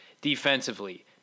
defensively